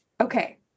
Okay